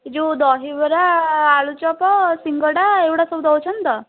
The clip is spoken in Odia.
ଯେଉଁ ଦହିବରା ଆଳୁଚପ ସିଙ୍ଗଡ଼ା ଏଇଗୁଡ଼ା ସବୁ ଦେଉଛନ୍ତି ତ